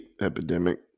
epidemic